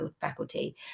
faculty